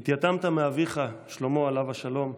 התייתמתם מאביך שלמה, עליו השלום,